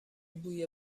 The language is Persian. بوی